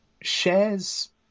shares